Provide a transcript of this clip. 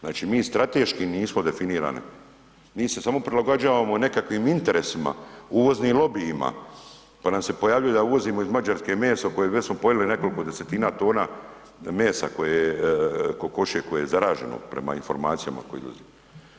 Znači, mi strateški nismo definirane, mi se samo prilagođavamo nekakvim interesima, uvoznim lobijima pa nam se pojavljuje da uvozimo iz Mađarske meso koje već smo pojeli nekoliko 10-tina tona mesa koje kokošje koje je zaraženo prema informacijama koje dolaze.